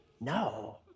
No